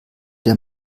der